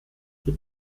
die